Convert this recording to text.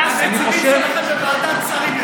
זה, שלכם בוועדת שרים.